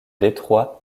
détroit